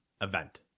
event